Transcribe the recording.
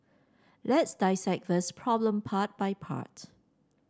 let's dissect this problem part by part